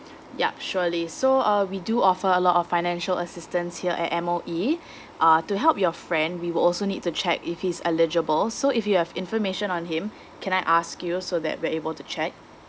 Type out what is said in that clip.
yup surely so uh we do offer a lot of financial assistance here at M_O_E uh to help your friend we will also need to check if he's eligible so if you have information on him can I ask you so that we're able to check